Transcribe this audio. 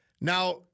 Now